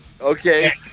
Okay